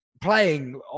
playing